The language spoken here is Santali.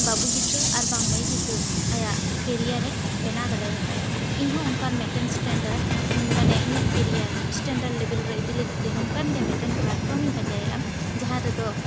ᱵᱟᱹᱵᱩ ᱜᱤᱫᱽᱨᱟᱹ ᱟᱨ ᱵᱟᱝ ᱢᱟᱹᱭ ᱜᱤᱫᱽᱨᱟᱹ ᱟᱭᱟᱜ ᱠᱮᱨᱤᱭᱟᱨ ᱮ ᱵᱮᱱᱟᱣ ᱫᱟᱲᱮᱭᱟᱛᱟᱭᱟ ᱤᱧ ᱦᱚᱸ ᱚᱱᱠᱟᱱ ᱢᱤᱫᱴᱮᱱ ᱮᱥᱴᱮᱱᱰᱟᱨ ᱢᱟᱱᱮ ᱤᱧᱟᱹᱜ ᱠᱮᱨᱤᱭᱟᱨ ᱥᱴᱮᱱᱰᱟᱨ ᱞᱮᱵᱮᱞ ᱨᱮ ᱤᱫᱤ ᱞᱟᱹᱜᱤᱫ ᱛᱮ ᱱᱚᱝᱠᱟᱱ ᱜᱮ ᱢᱤᱫ ᱴᱮᱱ ᱯᱞᱟᱴᱯᱷᱨᱚᱢ ᱤᱧ ᱯᱟᱸᱡᱟᱭᱮᱫᱼᱟ ᱡᱟᱦᱟᱸ ᱨᱮᱫᱚ